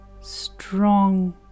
Strong